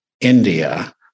India